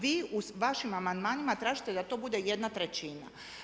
Vi u vašim amandmanima tražite da to bude jedna trećina.